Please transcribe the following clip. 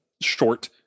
short